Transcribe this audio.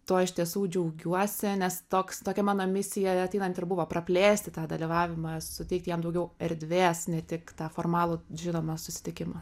tuo iš tiesų džiaugiuosi nes toks tokia mano misija ateinant ir buvo praplėsti tą dalyvavimą suteikti jam daugiau erdvės ne tik tą formalų žinoma susitikimą